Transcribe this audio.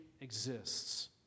exists